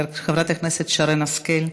חברת הכנסת שרן השכל,